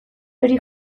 hori